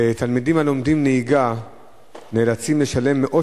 תלמידים הלומדים נהיגה נאלצים לשלם מאות